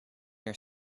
your